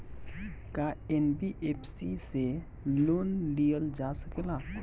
का एन.बी.एफ.सी से लोन लियल जा सकेला?